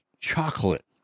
chocolate